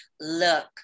look